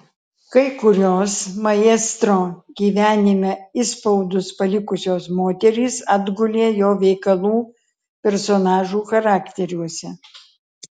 kai kurios maestro gyvenime įspaudus palikusios moterys atgulė jo veikalų personažų charakteriuose